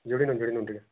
ଜୁଡ଼ି ନୁନ୍ ଜୁଡ଼ି ନୁନ୍ ଟିକିଏ